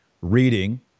reading